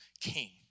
King